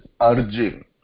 urging